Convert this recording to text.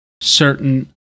certain